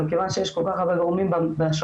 וכיון שיש כל כך הרבה גורמים בשרשרת,